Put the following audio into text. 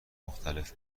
مختلف